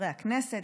חברי הכנסת,